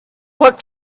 what